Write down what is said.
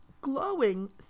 glowing